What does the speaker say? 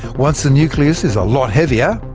once the nucleus is a lot heavier,